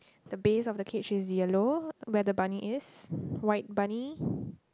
the base of the cage is yellow where the bunny is white bunny